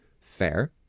fair